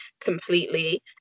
Completely